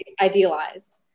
idealized